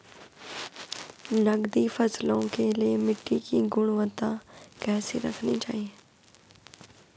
नकदी फसलों के लिए मिट्टी की गुणवत्ता कैसी रखनी चाहिए?